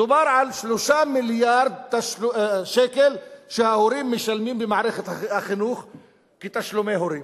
דובר על 3 מיליארד שקל שההורים משלמים במערכת החינוך כתשלומי הורים.